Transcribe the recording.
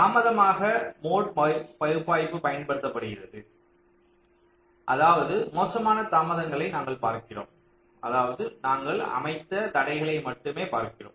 தாமதமாக மோட் பகுப்பாய்வைப் பயன்படுத்துகிறதுஅதாவது மோசமான தாமதங்களை நாங்கள் பார்க்கிறோம்அதாவது நாங்கள் அமைத்த தடைகளை மட்டுமே பார்க்கிறோம்